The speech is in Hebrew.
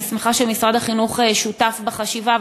אני שמחה שמשרד החינוך שותף בחשיבה,